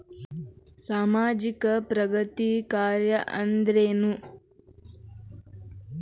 ಸಾಮಾಜಿಕ ಪ್ರಗತಿ ಕಾರ್ಯಾ ಅಂದ್ರೇನು?